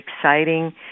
exciting